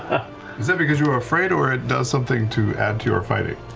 is that because you were afraid, or it does something to add to your fighting?